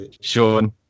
Sean